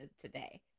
today